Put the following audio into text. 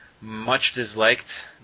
much-disliked